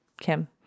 kim